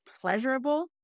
pleasurable